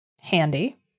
Handy